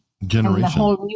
generation